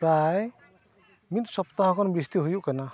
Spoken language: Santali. ᱯᱨᱮᱨᱟᱭ ᱢᱤᱫ ᱥᱚᱯᱛᱟᱦᱚ ᱠᱷᱚᱱ ᱵᱤᱥᱤ ᱦᱩᱭᱩᱜ ᱠᱟᱱᱟ